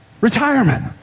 retirement